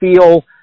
feel